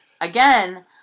Again